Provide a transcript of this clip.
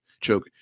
choke